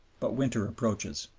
but winter approaches.